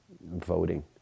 voting